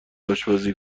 آشپزی